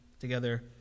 together